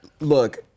look